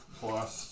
plus